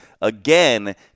again